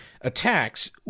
attacks